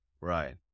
Right